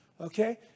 okay